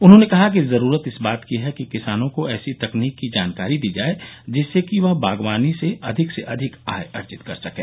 उन्होंने कहा कि जरूरत इस बात कि है कि किसानों को ऐसी तकनीक की जानकारी दी जाय जिससे कि वह बागवानी से अधिक से अधिक आय अर्जित कर सकें